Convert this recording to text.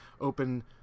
open